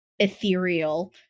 Ethereal